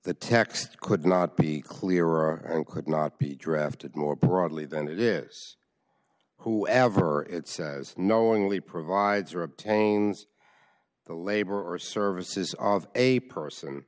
the text could not be clearer and could not be drafted more broadly than it is whoever it says knowingly provides or obtains the labor or services of a person